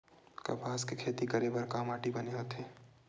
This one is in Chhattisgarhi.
कपास के खेती करे बर का माटी बने होथे?